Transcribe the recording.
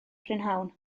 prynhawn